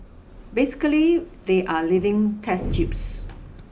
basically they are living test tubes